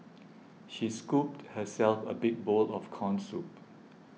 she scooped herself a big bowl of Corn Soup